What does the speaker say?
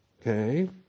Okay